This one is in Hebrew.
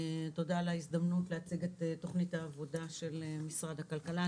תודה על ההזדמנות להציג את תוכנית העבודה של משרד הכלכלה.